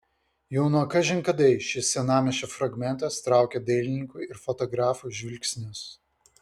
jau nuo kažin kadai šis senamiesčio fragmentas traukė dailininkų ir fotografų žvilgsnius